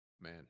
man